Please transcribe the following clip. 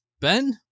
Ben